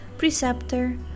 preceptor